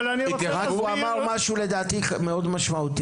הוא אמר משהו מאוד משמעותי,